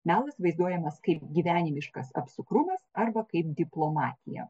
melas vaizduojamas kaip gyvenimiškas apsukrumas arba kaip diplomatija